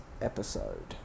episode